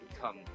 come